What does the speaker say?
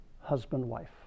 husband-wife